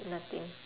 nothing